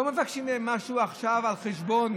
לא מבקשים מהם משהו עכשיו על חשבון